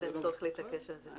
אז אין צורך להתעקש על זה.